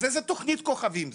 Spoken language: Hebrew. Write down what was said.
אז איזו מין תוכנית כוכבים זאת?